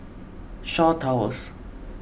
Shaw Towers